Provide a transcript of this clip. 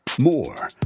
More